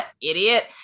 idiot